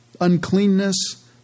Uncleanness